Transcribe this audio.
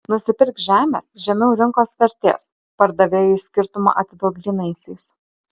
nusipirk žemės žemiau rinkos vertės pardavėjui skirtumą atiduok grynaisiais